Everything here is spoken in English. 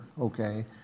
okay